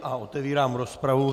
A otevírám rozpravu.